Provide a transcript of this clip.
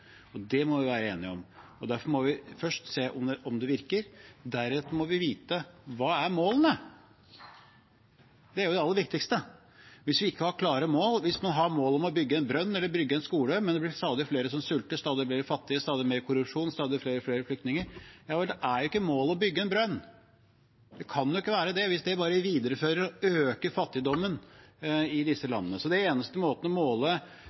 og det må vi være enige om. Derfor må vi først se om det virker. Deretter må vi vite: Hva er målene? Det er jo det aller viktigste. Hva om vi ikke har klare mål? Hvis man har mål om bygge en brønn eller bygge en skole, men det stadig blir flere som sulter, stadig flere fattige, stadig mer korrupsjon, stadig flere flyktninger, ja, da er ikke målet å bygge en brønn. Det kan jo ikke være det hvis det bare viderefører og øker fattigdommen i disse landene. Den eneste måten å måle